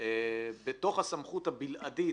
בתוך הסמכות הבלעדית